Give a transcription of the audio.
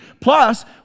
Plus